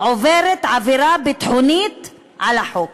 עוברת עבירה ביטחונית על החוק.